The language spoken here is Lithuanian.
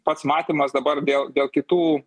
pats matymas dabar dėl dėl kitų